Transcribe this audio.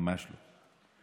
ממש לא.